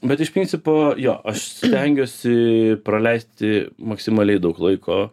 bet iš principo jo aš stengiuosi praleisti maksimaliai daug laiko